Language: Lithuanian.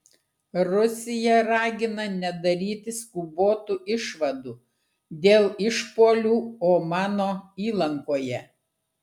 rusija ragina nedaryti skubotų išvadų dėl išpuolių omano įlankoje